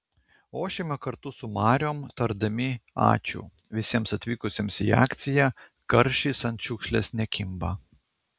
ošiame kartu su mariom tardami ačiū visiems atvykusiems į akciją karšis ant šiukšlės nekimba